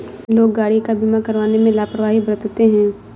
लोग गाड़ी का बीमा करवाने में लापरवाही बरतते हैं